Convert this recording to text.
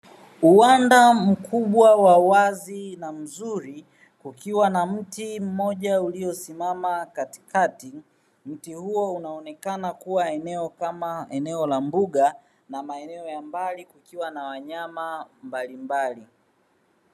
Uwanda mkubwa wa wazi na mzuri kukiwa na mti mmoja uliosimama katikati. Mti huo unaonekana kuwa eneo kama eneo la mbuga na maeneo ya mbali kukiwa na wanyama mbalimbali.